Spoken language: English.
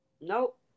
Nope